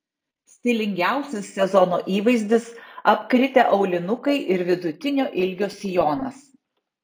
stilingiausias sezono įvaizdis apkritę aulinukai ir vidutinio ilgio sijonas